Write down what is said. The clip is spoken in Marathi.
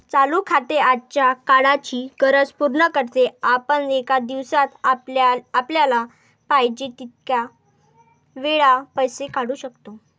चालू खाते आजच्या काळाची गरज पूर्ण करते, आपण एका दिवसात आपल्याला पाहिजे तितक्या वेळा पैसे काढू शकतो